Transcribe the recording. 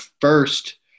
first